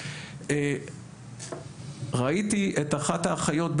או איתך,